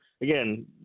again